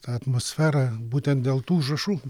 ta atmosfera būtent dėl tų užrašų